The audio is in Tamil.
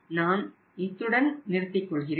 நான் இத்துடன் நிறுத்திக் கொள்கிறேன்